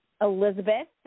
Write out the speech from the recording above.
Elizabeth